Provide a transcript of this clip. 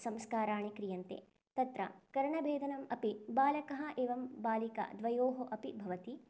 संस्काराणि क्रियन्ते तत्र कर्णवेधनम् अपि बालकः एवं बालिका द्वयोः अपि भवति